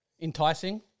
enticing